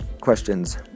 questions